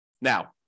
Now